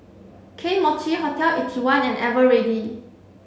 Kane Mochi Hotel eighty one and Eveready